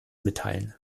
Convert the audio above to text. mitteilen